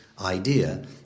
idea